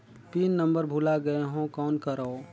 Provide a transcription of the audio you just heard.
Pin number भुला गयें हो कौन करव?